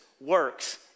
works